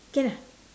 can ah